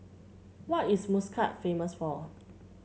what is Muscat famous for